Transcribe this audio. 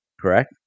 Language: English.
correct